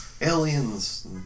Aliens